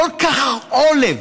כל כך עולב,